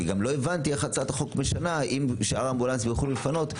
אני גם לא הבנתי איך הצעת החוק משנה אם שאר האמבולנסים יוכלו לפנות.